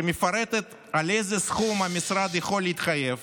שמפרטת איזה סכום המשרד יכול להתחייב